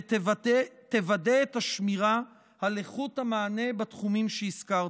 ותוודא את השמירה על איכות המענה בתחומים שהזכרתי.